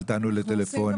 אל תענו לטלפונים,